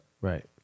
Right